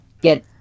get